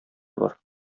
бар